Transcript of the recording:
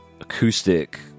acoustic